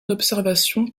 d’observation